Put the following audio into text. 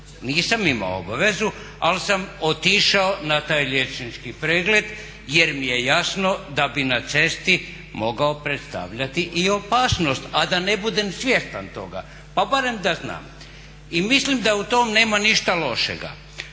nisam imao obavezu ali sam otišao na taj liječnički pregleda jer mi je jasno da bi na cesti mogao predstavljati i opasnost, a da ne budem svjestan toga, pa barem da znam. I mislim da u tom nema ništa lošega